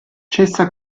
cessa